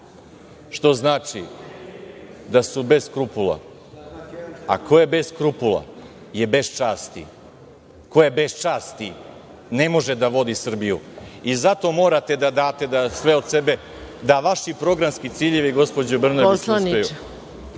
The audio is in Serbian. što znači da su bez skrupula, a ko je bez skrupula je bez časti, ko je bez časti ne može da vodi Srbiju. Zato morate da date sve od sebe da vaši programski ciljevi, gospođa Brnabić, uspeju.